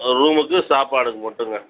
அது ரூமுக்கு சாப்பாடுக்கு மட்டுங்க